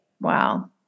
Wow